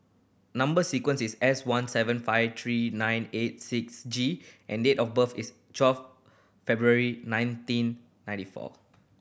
number sequence is S one seven five three nine eight six G and date of birth is twelve February nineteen ninety four